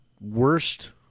worst